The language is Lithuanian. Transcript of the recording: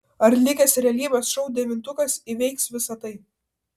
ar likęs realybės šou devintukas įveiks visa tai